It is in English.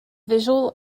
visual